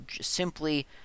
simply